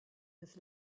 his